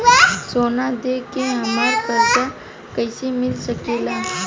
सोना दे के हमरा कर्जा कईसे मिल सकेला?